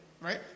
right